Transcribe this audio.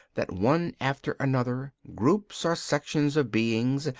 that one after another, groups or sections of beings,